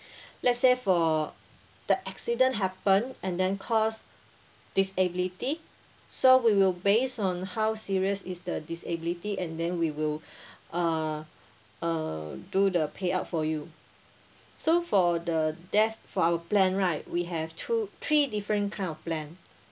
let's say for the accident happen and then caused disability so we will based on how serious is the disability and then we will uh uh do the payout for you so for the death for our plan right we have two three different kind of plan